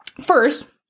First